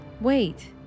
Wait